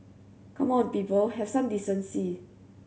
come on people have some decency